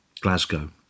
Glasgow